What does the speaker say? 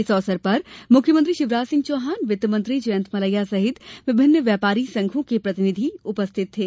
इस अवसर पर मुख्यमंत्री शिवराज सिंह चौहान वित्त मंत्री जयंत मलैया सहित विभिन्न व्यापारी संघो के प्रतिनिधि उपस्थित थे